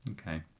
Okay